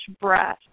breath